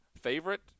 favorite